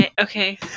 Okay